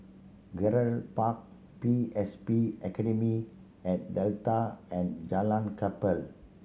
Gerald Park P S B Academy at Delta and Jalan Kapal